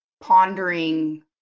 pondering